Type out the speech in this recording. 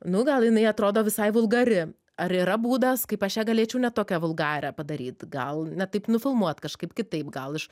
nu gal jinai atrodo visai vulgari ar yra būdas kaip aš ją galėčiau ne tokią vulgarią padaryt gal ne taip nufilmuot kažkaip kitaip gal iš